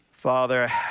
Father